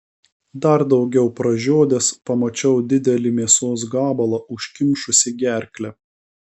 dar daugiau pražiodęs pamačiau didelį mėsos gabalą užkimšusį gerklę